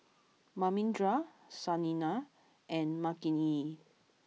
Manindra Saina and Makineni